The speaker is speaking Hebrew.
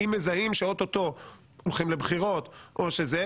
אם מזהים שאו-טו-טו הולכים לבחירות או משהו אחר,